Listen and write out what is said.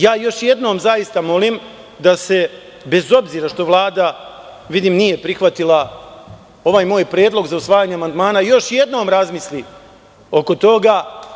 Još jednom zaista molim da, bez obzira što Vlada vidim nije prihvatila ovaj moj predlog za usvajanje amandmana, još jednom razmisli oko toga.